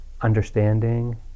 understanding